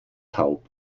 taub